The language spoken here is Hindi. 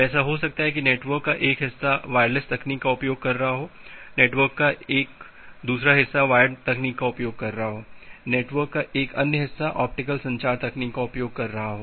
तो ऐसा हो सकता है कि नेटवर्क का एक हिस्सा वायरलेस तकनीक का उपयोग कर रहा है नेटवर्क का एक हिस्सा वायर्ड तकनीक का उपयोग कर रहा है नेटवर्क का एक अन्य हिस्सा ऑप्टिकल संचार तकनीक का उपयोग कर रहा है